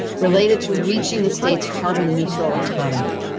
related to reaching the state's carbon neutral economy.